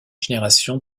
générations